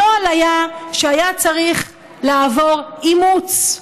הנוהל היה שהיה צריך לעבור אימוץ.